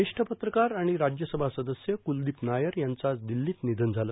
ज्येष्ठ पत्रकार आणि राज्यसभा सदस्य कुलदीप नायर यांचं आज दिल्लीत निधन झालं